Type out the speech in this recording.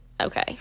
okay